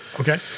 Okay